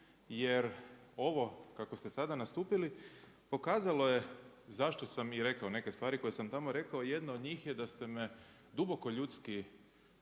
jer ovo kako ste sada nastupili pokazalo je zašto sam i rekao neke stvari koje sam tamo rekao. Jedna od njih je da ste me duboko ljudski